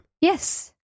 Yes